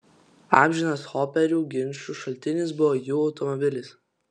amžinas hoperių ginčų šaltinis buvo jų automobilis